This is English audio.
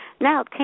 Now